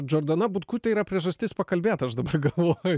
džordana butkutė yra priežastis pakalbėt aš dabar galvoju